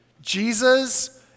Jesus